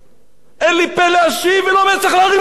אין לי פֶה להשיב ולא מצח להרים ראש.